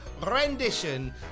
rendition